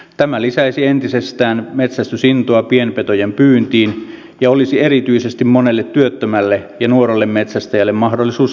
tämä lisäisi entisestään metsästysintoa pienpetojen pyyntiin ja olisi erityisesti monelle työttömälle ja nuorelle metsästäjälle mahdollisuus lisäansioon